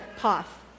path